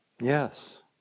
Yes